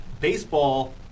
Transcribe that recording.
Baseball